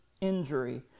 injury